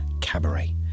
Cabaret